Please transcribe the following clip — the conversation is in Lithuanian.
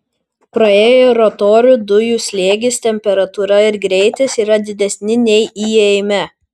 praėję rotorių dujų slėgis temperatūra ir greitis yra didesni nei įėjime